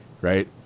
right